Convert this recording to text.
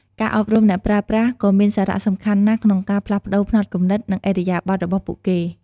ការអប់រំអ្នកប្រើប្រាស់គឺមានសារៈសំខាន់ណាស់ក្នុងការផ្លាស់ប្តូរផ្នត់គំនិត និងឥរិយាបទរបស់ពួកគេ។